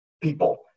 people